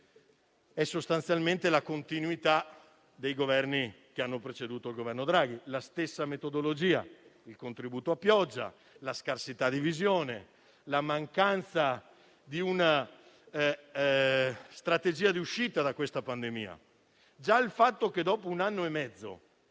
è sostanzialmente la continuità dei Governi che hanno preceduto il Governo Draghi. La metodologia è la stessa: il contributo a pioggia, la scarsità di visione, la mancanza di una strategia d'uscita da questa pandemia. Già il fatto che dopo un anno e mezzo